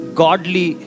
godly